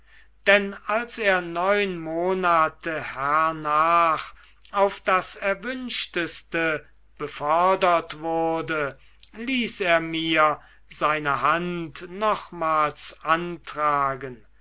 denn als er neun monate hernach auf das erwünschteste befördert wurde ließ er mir seine hand nochmals antragen